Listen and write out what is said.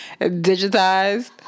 digitized